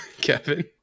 Kevin